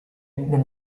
del